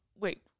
Wait